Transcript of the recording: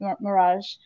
Mirage